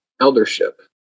eldership